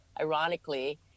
ironically